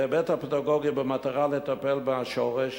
בהיבט הפדגוגי ובמטרה לטפל מהשורש,